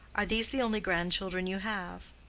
are these the only grandchildren you have?